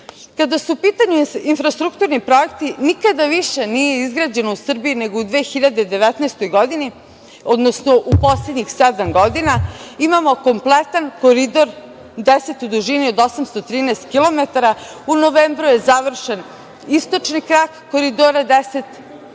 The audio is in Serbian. su u pitanju infrastrukturni projekti nikada više nije izgrađeno u Srbiji nego u 2019. godini, odnosno u poslednjih sedam godina. Imamo Koridor 10 u dužini od 813 kilometara. U novembru je završen istočni krak Koridora 10